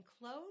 close